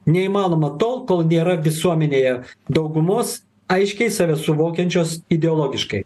neįmanoma tol kol nėra visuomenėje daugumos aiškiai save suvokiančios ideologiškai